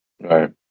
Right